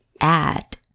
add